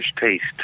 taste